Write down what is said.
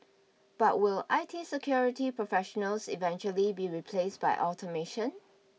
but will I T security professionals eventually be replaced by automation